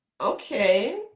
okay